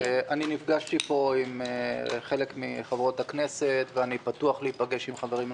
נפגשתי פה עם חלק מחברות הכנסת ואני פתוח להיפגש עם חברים נוספים,